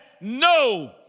no